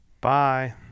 Bye